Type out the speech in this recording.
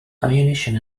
ammunition